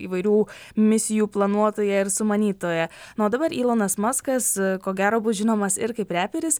įvairių misijų planuotoją ir sumanytoją nu o dabar ylonas maskas ko gero bus žinomas ir kaip reperis